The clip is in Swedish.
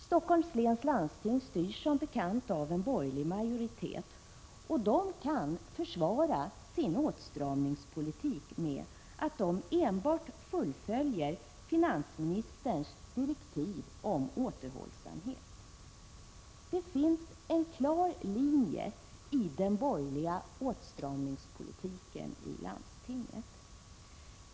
Stockholms läns landsting styrs som bekant av en borgerlig majoritet. Den kan försvara sin åtstramningspolitik med att den enbart fullföljer finansministerns direktiv om återhållsamhet. Det finns en klar linje i den borgerliga åtstramningspolitiken i landstinget.